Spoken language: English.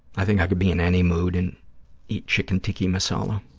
i think i could be in any mood and eat chicken tikka masala.